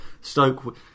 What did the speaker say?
Stoke